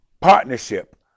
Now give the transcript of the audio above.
partnership